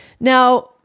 Now